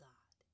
God